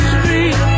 Street